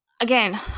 again